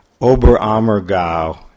Oberammergau